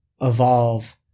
evolve